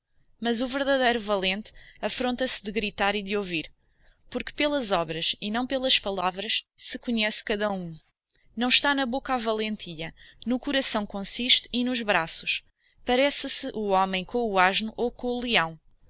mas o verdadeiro valente affronta se de gritar e de ouvir porque pelas obras e não pelas palavras se conhece cada hum não está na boca a valentia no coração consiste e nos braços parece-se o homem com o asno ou com o